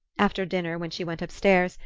after dinner, when she went upstairs,